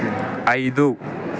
ఐదు